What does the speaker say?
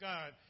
God